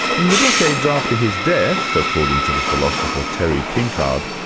in the decades after his death, according to the philosopher terry pinkard,